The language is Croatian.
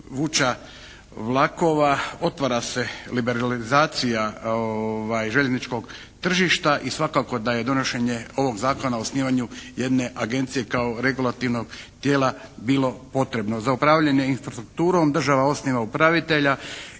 vuča vlakova otvara se liberalizacija željezničkog tržišta i svakako da je donošenje ovog zakona o osnivanju jedne agencije kao regulativnog tijela bilo potrebno za upravljanje infrastrukturom. Država osniva upravitelja